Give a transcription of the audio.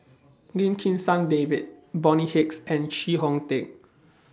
Lim Kim San David Bonny Hicks and Chee Kong Tet